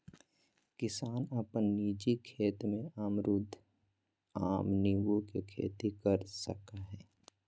किसान अपन निजी खेत में अमरूद, आम, नींबू के खेती कर सकय हइ